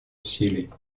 усилий